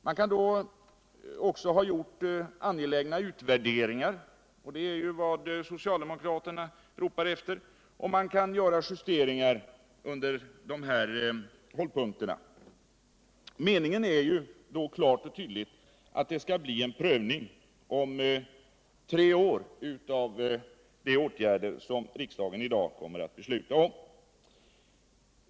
Man kan då också ha gjort angelägna utvärderingar — och det är ju vad socialdemokraterna ropar efter — och man kan göra justeringar vid dessa hållpunkter. Det är ju klart och tydligt att meningen är att det om tre år skall bli en prövning av de åtgärder som riksdagen i dag kommer att fatta beslut om.